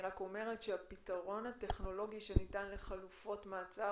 אני רק אומרת שהפתרון הטכנולוגי שניתן לחלופות מעצר